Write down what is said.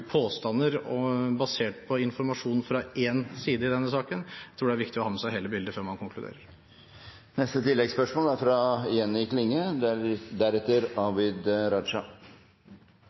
påstander basert på informasjon fra én side i denne saken. Jeg tror det er viktig å ha med seg hele bildet før man konkluderer. Jenny Klinge